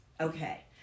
Okay